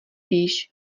víš